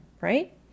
right